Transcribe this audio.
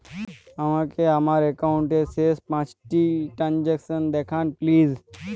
আমাকে আমার একাউন্টের শেষ পাঁচটি ট্রানজ্যাকসন দেখান প্লিজ